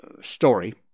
Story